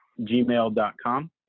gmail.com